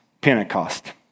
Pentecost